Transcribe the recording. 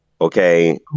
Okay